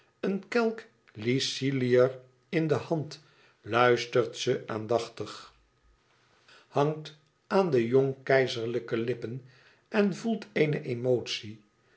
een kelk lyciliër in de hand luistert ze aandachtig hangt aan de jong keizerlijke lippen en voelt eene emotie